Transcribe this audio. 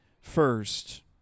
first